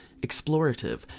explorative